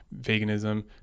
veganism